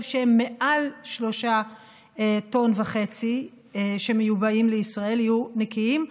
שהם מעל 3.5 טון ומיובאים לישראל יהיו נקיים,